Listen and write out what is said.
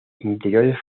interiores